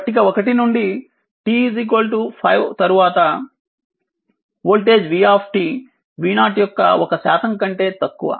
పట్టిక 1 నుండి t 5 తరువాత వోల్టేజ్ v v0 యొక్క 1 శాతం కంటే తక్కువ